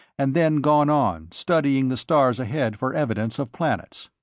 and then gone on, studying the stars ahead for evidence of planets.